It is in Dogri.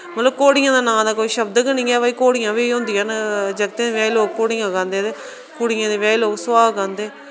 मतलब घोड़ियां दे नांऽ दा कोई शब्द गै निं ऐ भाई घोड़ियां बी होंदियां न जाकतें दे ब्याह् च लोक घोड़ियां गांदे ते कुड़ियें दे ब्याह् च लोक सुहाग गांदे